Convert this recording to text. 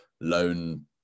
loan